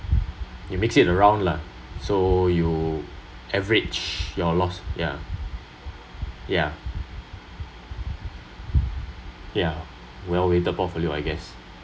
you mix it around lah so you average your loss ya ya ya well weighted portfolio I guess